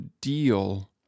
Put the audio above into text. deal